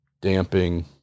damping